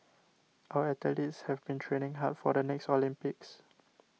our athletes have been training hard for the next Olympics